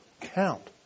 count